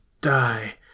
die